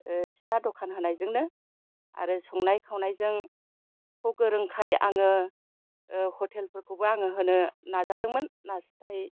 फिसा दखान होनायजोंनो आरो संनाय खावनायखौ गोरोंखाय आङो हटेलफोरखौबो आङो होनो नाजादोंमोन नाथाय